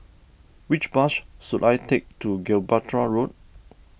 which bus should I take to Gibraltar Road